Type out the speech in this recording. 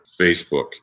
Facebook